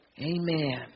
Amen